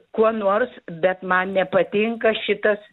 kuo nors bet man nepatinka šitas